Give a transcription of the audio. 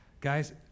Guys